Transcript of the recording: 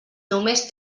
només